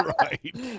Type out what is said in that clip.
Right